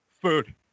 food